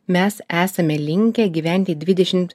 mes esame linkę gyventi dvidešimt